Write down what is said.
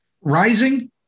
Rising